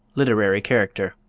literary character.